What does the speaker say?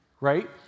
right